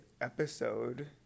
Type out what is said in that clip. episode